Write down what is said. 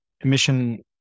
emission